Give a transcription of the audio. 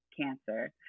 cancer